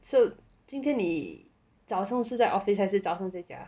so 今天你早上是在 office 还是早上在家